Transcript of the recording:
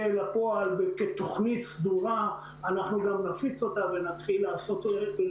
לפועל כתוכנית סדורה אנחנו גם נפיץ אותה ונתחיל לעשות אותה.